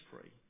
free